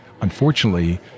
Unfortunately